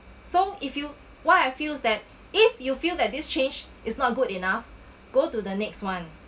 so if you why I feels that if you feel that this change is not good enough go to the next one